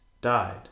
died